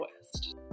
West